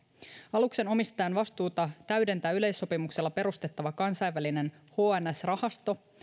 aluksen omistajan vastuuta täydentää yleissopimuksella perustettava kansainvälinen hns rahasto